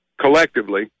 collectively